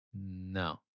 No